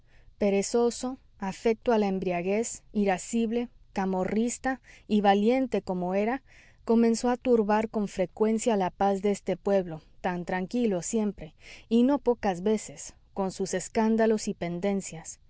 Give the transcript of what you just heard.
perezoso afecto a la embriaguez irascible camorrista y valiente como era comenzó a turbar con frecuencia la paz de este pueblo tan tranquilo siempre y no pocas veces con sus escándalos y pendencias